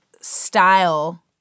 style